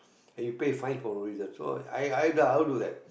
and you pay fine for no reason so I I do I'll do that